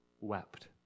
wept